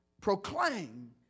proclaim